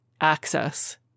access